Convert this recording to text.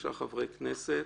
שלושה חברי כנסת